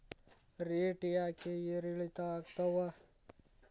Rate ಯಾಕೆ ಏರಿಳಿತ ಆಗ್ತಾವ?